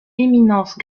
éminence